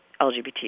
LGBT